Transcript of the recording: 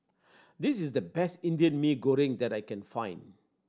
this is the best Indian Mee Goreng that I can find